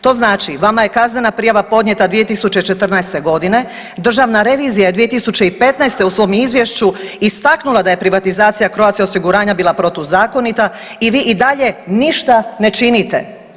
To znači, vama je kaznena prijava podnijeta 2014.g., državna revizija je 2015. u svom izvješću istaknula da je privatizacija Croatia osiguranja bila protuzakonita i vi i dalje ništa ne činite.